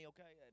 Okay